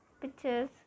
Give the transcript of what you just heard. pictures